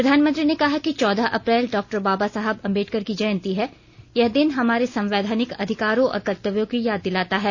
प्रधानमंत्री ने कहा कि चौदह अप्रैल डॉ बाबा साहब अंबेडकर की जयंती है यह दिन हमारे संवैधानिक अधिकारों और कर्तव्यों की याद दिलाता है